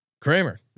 Kramer